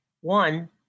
One